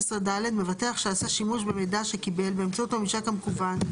(11ד) מבטח שעשה שימוש במידע שקיבל באמצעות הממשק המקוון,